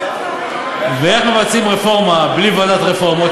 ואיך מבצעים רפורמה בלי ועדת רפורמות?